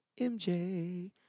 MJ